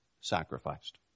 sacrificed